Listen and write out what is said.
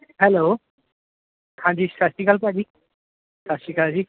hello ਹਾਂਜੀ ਸਤਿ ਸ਼੍ਰੀ ਅਕਾਲ ਭਾਅ ਜੀ ਸਤਿ ਸ਼੍ਰੀ ਅਕਾਲ ਜੀ